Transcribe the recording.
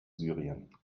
syrien